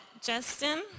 Justin